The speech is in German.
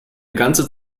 ganze